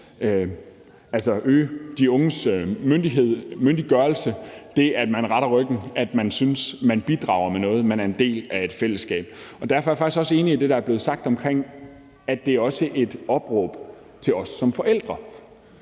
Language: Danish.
– og øge de unges myndiggørelse, altså det, at man retter ryggen, at man synes, man bidrager med noget, og at man er en del af et fællesskab. Derfor er jeg faktisk også enig i det, der er blevet sagt om, at det også er et opråb til os som forældre.